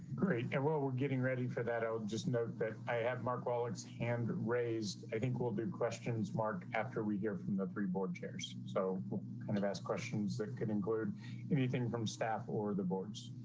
great. and, well, we're getting ready for that out just note that i have mark wallace hand raised. i think we'll do questions mark after we hear from the three board chairs. so kind of asked questions that can include anything from staff or the boards.